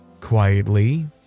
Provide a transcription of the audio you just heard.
quietly